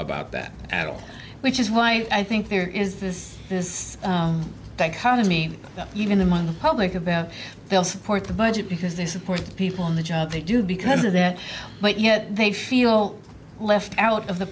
about that at all which is why i think there is this thank hounding me even among the public about they'll support the budget because they support people in the job they do because of that but yet they feel left out of the